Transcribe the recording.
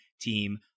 team